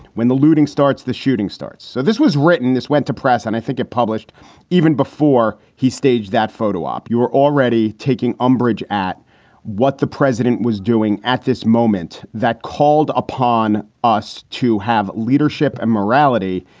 when the looting starts, the shooting starts. so this was written. this went to press and i think it published even before he staged that photo op. you were already taking umbrage at what the president was doing at this moment that called upon us to have leadership and morality.